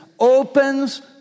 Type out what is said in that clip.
Opens